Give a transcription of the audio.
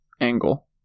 angle